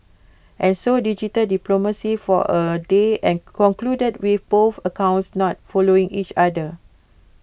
and so digital diplomacy for A day and concluded with both accounts not following each other